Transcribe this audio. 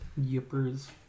Yippers